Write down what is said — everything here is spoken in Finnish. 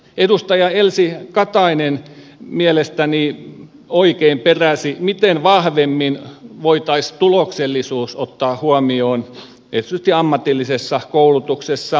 edustaja elsi katainen mielestäni oikein peräsi miten vahvemmin voitaisiin tuloksellisuus ottaa huomioon erityisesti ammatillisessa koulutuksessa